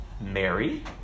mary